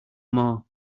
more